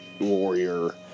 warrior